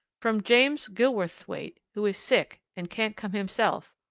from james gilverthwaite, who is sick, and can't come himself,